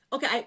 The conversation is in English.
Okay